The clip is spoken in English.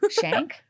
Shank